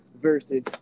versus